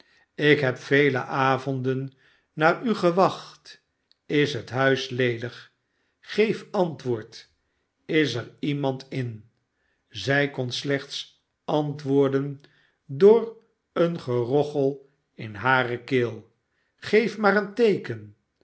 geven ikheb vele ayonden naar u gewacht is het huis ledig geef antwoord is er iemand in zij kon slechts antwoorden door een gerochel in hare keel geef maar een teeken